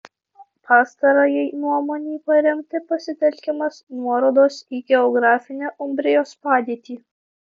pastarajai nuomonei paremti pasitelkiamos nuorodos į geografinę umbrijos padėtį